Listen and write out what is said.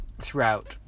throughout